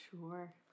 Sure